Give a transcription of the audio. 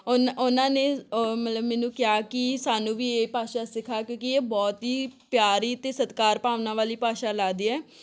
ਉਨ੍ਹਾਂ ਉਨ੍ਹਾਂ ਨੇ ਮਤਲਬ ਮੈਨੂੰ ਕਿਹਾ ਕਿ ਸਾਨੂੰ ਵੀ ਇਹ ਭਾਸ਼ਾ ਸਿਖਾ ਕਿਉਂਕਿ ਇਹ ਬਹੁਤ ਹੀ ਪਿਆਰੀ ਅਤੇ ਸਤਿਕਾਰ ਭਾਵਨਾ ਵਾਲੀ ਭਾਸ਼ਾ ਲੱਗਦੀ ਹੈ